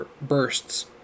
bursts